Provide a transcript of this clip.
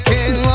King